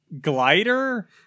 glider